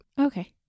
Okay